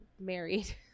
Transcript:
married